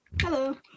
Hello